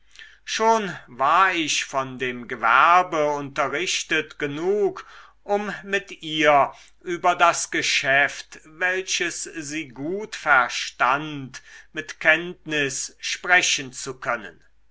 schon war ich von dem gewerbe unterrichtet genug um mit ihr über das geschäft welches sie gut verstand mit kenntnis sprechen zu können